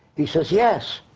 he says yes,